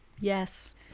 Yes